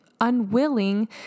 unwilling